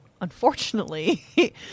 unfortunately